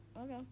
Okay